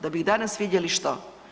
Da bi danas vidjeli što?